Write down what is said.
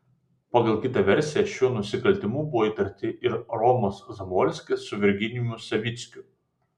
pagal kitą versiją šiuo nusikaltimu buvo įtarti ir romas zamolskis su virginijumi savickiu